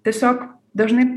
tiesiog dažnai